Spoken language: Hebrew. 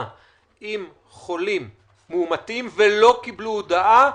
עם חולים מאומתים ולא קיבלו הודעה.